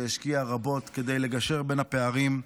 שהשקיעה רבות כדי לגשר על הפערים,